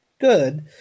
good